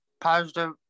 positive